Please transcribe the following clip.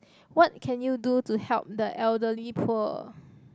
what can you do to help the elderly poor